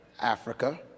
Africa